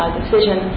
decision